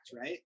Right